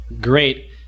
Great